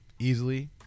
easily